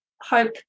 hope